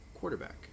quarterback